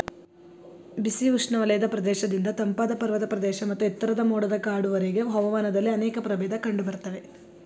ಬಿಸಿ ಉಷ್ಣವಲಯದ ಪ್ರದೇಶದಿಂದ ತಂಪಾದ ಪರ್ವತ ಪ್ರದೇಶ ಮತ್ತು ಎತ್ತರದ ಮೋಡದ ಕಾಡುವರೆಗೆ ಹವಾಮಾನದಲ್ಲಿ ಅನೇಕ ಪ್ರಭೇದ ಕಂಡುಬರ್ತವೆ